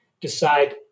decide